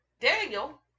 Daniel